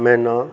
मैना